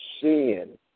sin